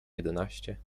jedenaście